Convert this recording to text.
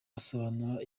asobanura